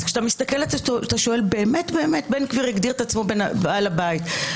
אז כשאתה מסתכל, בן גביר הגדיר עצמו בעל הבית.